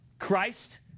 Christ